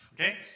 Okay